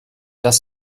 das